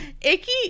Icky